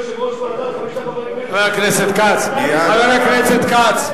קיבל ארבעה שרים ויושב-ראש ועדה, חבר הכנסת כץ,